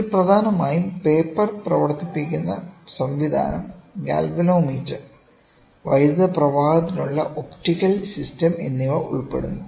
ഇതിൽ പ്രധാനമായും പേപ്പർ പ്രവർത്തിപ്പിക്കുന്ന സംവിധാനം ഗാൽവാനോമീറ്റർ വൈദ്യുതപ്രവാഹത്തിനുള്ള ഒപ്റ്റിക്കൽ സിസ്റ്റം എന്നിവ ഉൾപ്പെടുന്നു